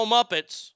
Muppets